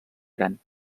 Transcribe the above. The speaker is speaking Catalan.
gran